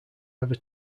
ever